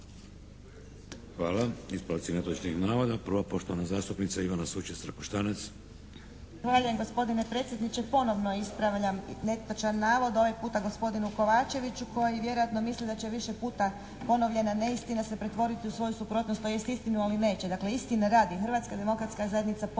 Hvala. Ispravci netočnih navoda. Prva poštovana zastupnica Ivana Sučec-Trakoštanec. **Sučec-Trakoštanec, Ivana (HDZ)** Zahvaljujem gospodine predsjedniče. Ponovno ispravljam netočan navod ovaj puta gospodinu Kovačeviću koji vjerojatno misli da će više puta ponovljena neistina se pretvoriti u svoju suprotnost tj. istinu ali neće. Dakle, istine radi Hrvatska demokratska zajednica ponavlja